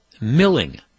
Milling